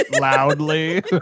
Loudly